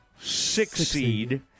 six-seed